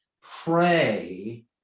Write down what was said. pray